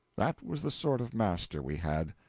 that was the sort of master we had.